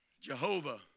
Jehovah